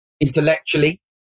intellectually